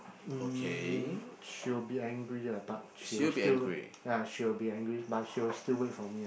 mm she will be angry ah but she will still wait ya she will be angry but she will still wait for me ah